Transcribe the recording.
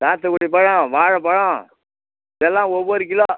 சாத்துக்குடி பழம் வாழைப்பழம் எல்லாம் ஒவ்வொரு கிலோ